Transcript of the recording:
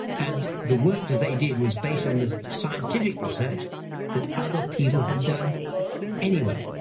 and the work that they did was based on the scientific research that other people had done anyway.